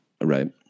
Right